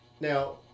now –